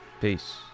Peace